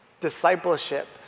discipleship